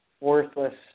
worthless